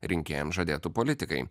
rinkėjam žadėtų politikai